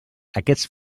aquests